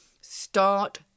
start